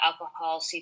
alcohol